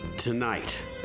Tonight